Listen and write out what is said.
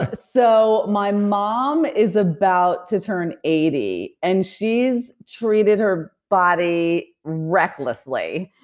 ah so, my mom is about to turn eighty and she's treated her body recklessly.